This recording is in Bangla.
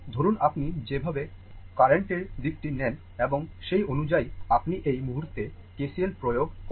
ধরুন আপনি যেভাবে কারেন্ট এর দিকটি নেন এবং সেই অনুযায়ী আপনি এই মুহুর্তে KCL প্রয়োগ করেন